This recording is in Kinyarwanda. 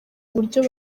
uburyo